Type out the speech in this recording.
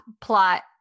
plot